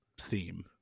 theme